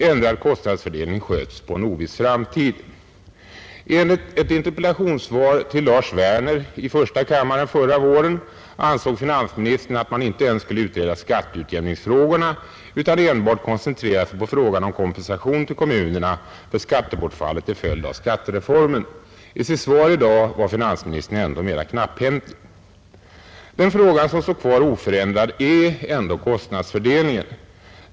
Ändrad kostnadsfördelning sköts på en oviss framtid. Enligt ett interpellationssvar till herr Werner i Tyresö i första kammaren förra våren ansåg finansministern att man inte ens skulle utreda skatteutjämningsfrågorna utan enbart skulle koncentrera sig på frågan om kompensation till kommunerna för skattebortfallet till följd av skattereformen. I sitt svar i dag var finansministern ännu mer knapphändig. Den fråga som står kvar oförändrad är ändå kostnadsfördelningen.